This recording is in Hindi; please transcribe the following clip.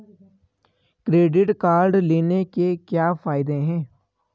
क्रेडिट कार्ड लेने के क्या फायदे हैं?